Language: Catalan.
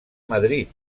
madrid